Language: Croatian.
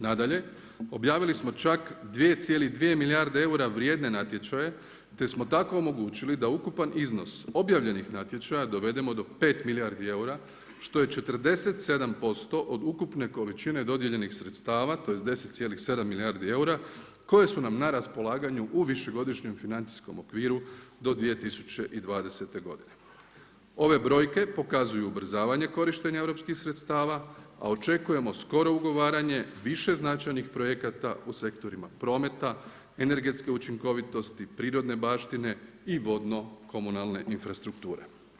Nadalje, objavili smo čak 2,2 milijarde eura vrijedne natječaje te smo tako omogućili da ukupan iznos objavljenih natječaja dovedemo do 5 milijardi eura, što je 47% od ukupne količine dodijeljenih sredstava, to je 10,7 milijarde eura koje su nam na raspolaganju u višegodišnjem financijskom okviru do 2020. g. Ove brojke pokazuju ubrzavanje korištenje europskih sredstva a očekujemo skoro ugovaranje višeznačajnih projekata u sektorima prometa, energetske učinkovitosti, prirodne baštine i vodno komunalne infrastrukture.